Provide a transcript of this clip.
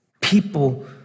people